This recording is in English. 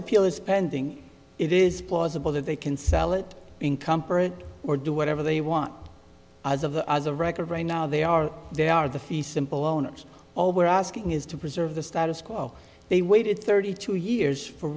appeal is pending it is plausible that they can sell it in comfort or do whatever they want as of the as a record right now they are they are the fee simple owners all we're asking is to preserve the status quo they waited thirty two years for